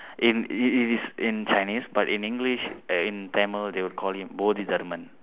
in it is in chinese but in english in tamil they would call him bodhidharma